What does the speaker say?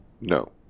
No